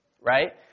right